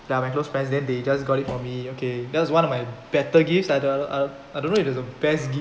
ya my close friends then they just got it for me okay that was one of my better gifts I don't I don't I don't if that the best gift